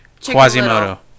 quasimodo